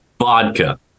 Vodka